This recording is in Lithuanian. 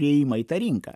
įėjimą į tą rinką